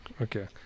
okay